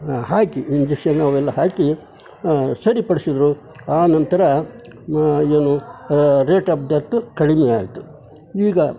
ಹಾಕಿ injection ಅವೆಲ್ಲ ಹಾಕಿ ಸರಿ ಪಡಿಸಿದ್ರು ಆನಂತರ ಏನು ರೇಟ್ ಅಪ್ಡೇಟು ಕಡಿಮೆ ಆಯಿತು ಈಗ